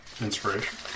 Inspiration